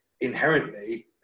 Inherently